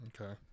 okay